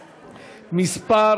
מס'